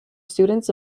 students